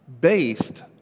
based